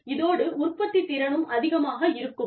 இதோடு உற்பத்தித்திறனும் அதிகமாக இருக்கும்